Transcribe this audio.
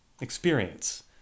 experience